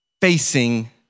facing